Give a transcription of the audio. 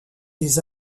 des